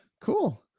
cool